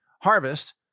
harvest